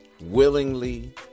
willingly